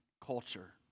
culture